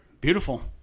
Beautiful